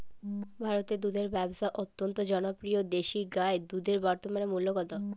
ভারতে দুধের ব্যাবসা অত্যন্ত জনপ্রিয় দেশি গাই দুধের বর্তমান মূল্য কত?